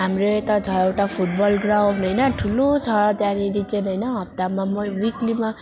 हाम्रो यता छ एउटा फुटबल ग्राउन्ड होइन ठुलो छ त्यहाँनिर चाहिँ होइन हप्तामा म विक्लीमा